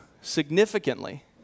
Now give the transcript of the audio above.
significantly